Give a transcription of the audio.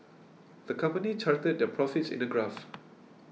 the company charted their profits in a graph